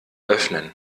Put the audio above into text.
öffnen